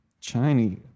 Chinese